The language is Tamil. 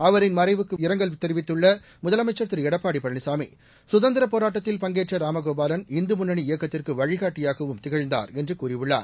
அவரின் மறைவுக்கு இரங்கல் தெரிவித்துள்ள முதலமைச்சர் திரு எடப்பாடி பழனிசாமி சுதந்திரப் போராட்டத்தில் பங்கேற்ற இராம கோபாலன் இந்து முன்னணி இயக்கத்திற்கு வழிகாட்டியாகவும் திகழ்ந்தார் என்று கூறியுள்ளார்